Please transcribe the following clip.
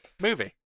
movie